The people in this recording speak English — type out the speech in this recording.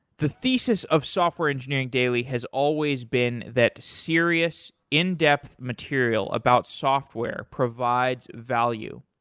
the thesis of software engineering daily has always been that serious, in-depth material about software provides value.